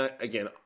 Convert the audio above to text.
again